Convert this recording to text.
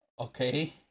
Okay